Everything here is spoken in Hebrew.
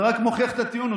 זה רק מוכיח את הטיעון.